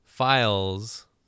Files